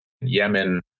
Yemen